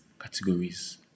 categories